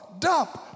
Dump